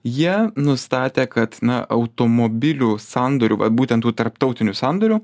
jie nustatė kad na automobilių sandorių būtent tų tarptautinių sandorių